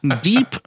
deep